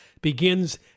begins